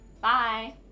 Bye